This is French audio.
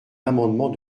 amendement